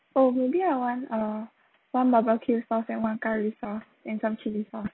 oh maybe I want uh one barbecue sauce and one curry sauce and some chili sauce